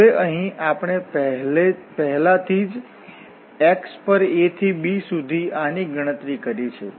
હવે અહીં આપણે પહેલાથી જ x પર a થી b સુધી આની ગણતરી કરી છે